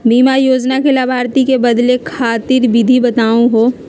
बीमा योजना के लाभार्थी क बदले खातिर विधि बताही हो?